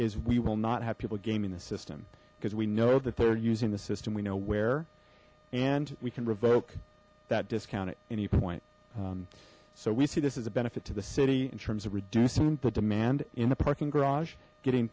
is we will not have people gaming the system because we know that they're using the system we know we're and we can revoke that discount at any point so we see this as a benefit to the city in terms of reducing the demand in the parking garage getting